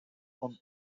hunt